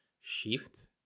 shift